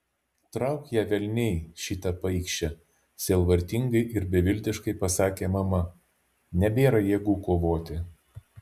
trauk ją velniai šitą paikšę sielvartingai ir beviltiškai pasakė mama nebėra jėgų kovoti